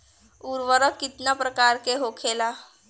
उर्वरक कितना प्रकार के होखेला?